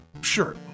Sure